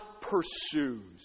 pursues